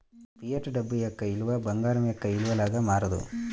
fiat డబ్బు యొక్క విలువ బంగారం యొక్క విలువ లాగా మారదు